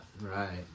right